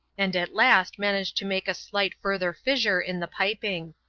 and at last managed to make a slight further fissure in the piping.